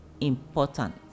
important